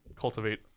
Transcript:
cultivate